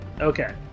Okay